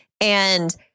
And-